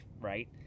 Right